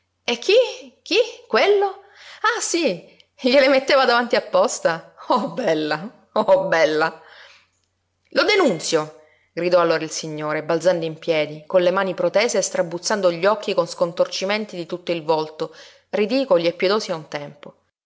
e chi chi quello ah sí gliele metteva davanti apposta oh bella oh bella lo denunzio gridò allora il signore balzando in piedi con le mani protese e strabuzzando gli occhi con scontorcimenti di tutto il volto ridicoli e pietosi a un tempo